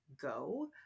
go